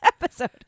episode